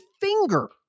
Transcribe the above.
finger